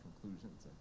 conclusions